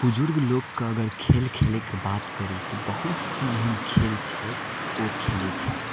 बुजुर्ग लोकके अगर खेल खेलैके बात करी तऽ बहुत सा एहन खेल छै जे ओ खेलै छथि